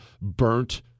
burnt